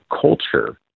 culture